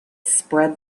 spread